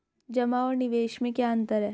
जमा और निवेश में क्या अंतर है?